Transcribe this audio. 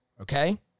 Okay